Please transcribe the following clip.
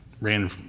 ran